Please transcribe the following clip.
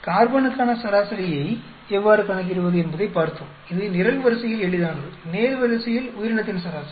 கார்பனுக்கான சராசரியை எவ்வாறு கணக்கிடுவது என்பதைப் பார்த்தோம் இது நிரல்வரிசையில் எளிதானது நேர்வரிசையில் உயிரினத்தின் சராசரி